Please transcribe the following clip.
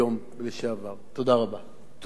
תודה רבה לחבר הכנסת עתניאל שנלר.